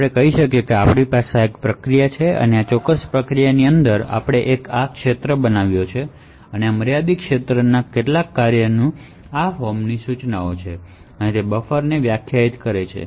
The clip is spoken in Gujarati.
આપણે કહી શકીએ કે આપણી પાસે આ એક પ્રોસેસ છે અને આ પ્રોસેસની અંદર આપણે એક કનફિનમેંટ ક્ષેત્ર બનાવ્યો છે અને આ મર્યાદિત ક્ષેત્રમાં કેટલાક ફંકશનમાં આ પ્રકારની ઇન્સટ્રકશનશ છે તે 10 અને તે 100 ના બફરને વ્યાખ્યાયિત કરે છે